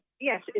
Yes